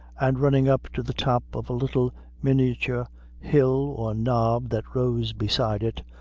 and running up to the top of a little miniature hill or knob that rose beside it,